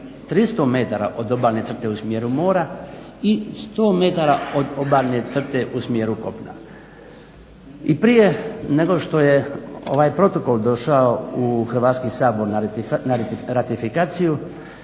300 metara od obalne crte u smjeru mora i 100 metara od obalne crte u smjeru kopna. I prije nego što je ovaj protokol došao u Hrvatski sabor na ratifikaciju